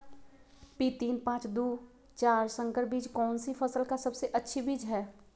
P तीन पांच दू चार संकर बीज कौन सी फसल का सबसे अच्छी बीज है?